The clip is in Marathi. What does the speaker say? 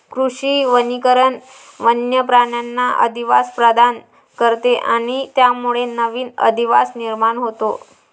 कृषी वनीकरण वन्य प्राण्यांना अधिवास प्रदान करते आणि त्यामुळे नवीन अधिवास निर्माण होतो